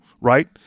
right